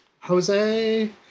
Jose